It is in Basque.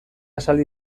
esaldi